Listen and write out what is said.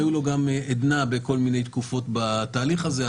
הייתה לו גם עדנה בכל מיני תקופות בתהליך הזה,